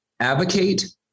Advocate